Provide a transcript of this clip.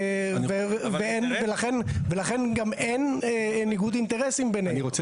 ולכן גם אין ניגוד אינטרסים ביניהם.